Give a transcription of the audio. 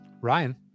Ryan